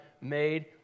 made